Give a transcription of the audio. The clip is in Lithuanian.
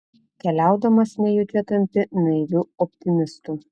keliaudamas nejučia tampi naiviu optimistu